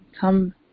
come